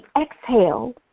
exhale